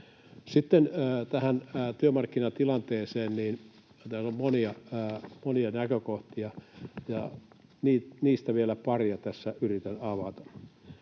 Sitten tähän työmarkkinatilanteeseen. Täällä on monia näkökohtia, ja niistä vielä paria tässä yritän avata: